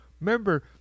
remember